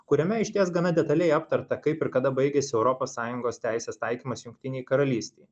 kuriame išties gana detaliai aptarta kaip ir kada baigiasi europos sąjungos teisės taikymas jungtinėj karalystėj